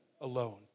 alone